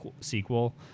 sequel